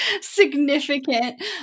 significant